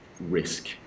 risk